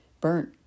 burnt